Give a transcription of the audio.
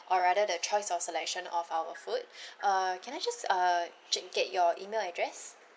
or rather the choice of selection of our food uh can I just uh ju~ get your email address